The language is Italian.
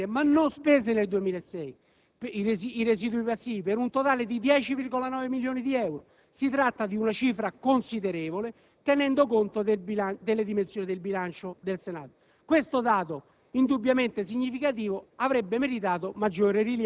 L'elenco B), invece, riporta le somme impegnate ma non spese nel 2006 (i residui passivi) per un totale di 10,9 milioni di euro; si tratta di una cifra considerevole, tenuto conto delle dimensioni del bilancio del Senato.